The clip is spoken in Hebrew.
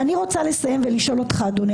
אני רוצה לסיים ולשאול אותך אדוני